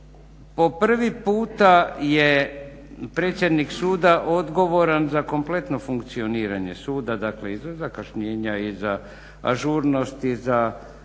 Po prvi puta je predsjednik suda odgovoran za kompletno funkcioniranje suda, i za zakašnjenja i za ažurnost i za